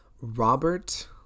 robert